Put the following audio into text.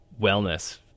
wellness